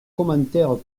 commentaires